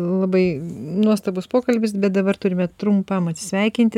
labai nuostabus pokalbis bet dabar turime trumpam atsisveikinti